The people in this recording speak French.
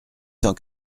cent